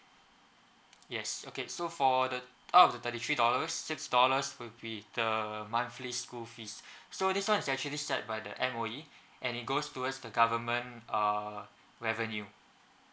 yes okay so for the out of the thirty three dollars six dollars will be the monthly school fees so this [one] is actually set by the M_O_E and it goes towards the government uh revenue